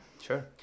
Sure